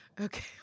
Okay